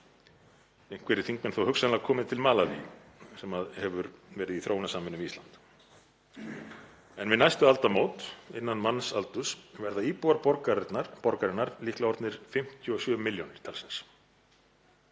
Einhverjir þingmenn hafa þó hugsanlega komið til Malaví sem hefur verið í þróunarsamvinnu við Ísland. Við næstu aldamót, innan mannsaldurs, verða íbúar borgarinnar líklega orðnir 57 milljónir, sem